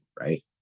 Right